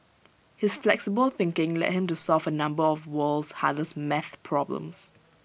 his flexible thinking led him to solve A number of the world's hardest math problems